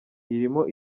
irimo